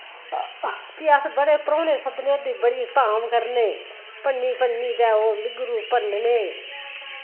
फ्ही अस बड़े परौह्ने सद्दने ओह्दी बड़ी धाम करने भन्नी भन्नी तै ओह् मिगरू भन्नने